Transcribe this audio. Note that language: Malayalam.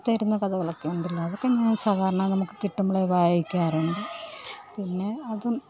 തരുന്ന കഥകളൊക്കെ ഉണ്ടല്ലോ അതൊക്കെ ഞാൻ സാധാരണ നമുക്ക് കിട്ടുമ്പൊഴേ വായിക്കാറുള്ളൂ പിന്നെ അതും